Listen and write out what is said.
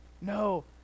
No